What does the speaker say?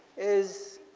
is